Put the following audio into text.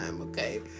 okay